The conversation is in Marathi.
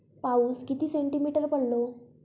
पाऊस किती सेंटीमीटर पडलो?